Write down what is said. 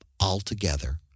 altogether